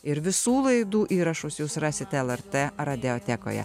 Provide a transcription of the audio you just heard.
ir visų laidų įrašus jūs rasite lrt radiotekoje